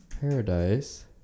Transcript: paradise